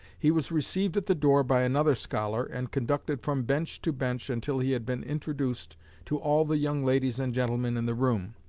he was received at the door by another scholar and conducted from bench to bench until he had been introduced to all the young ladies and gentlemen in the room.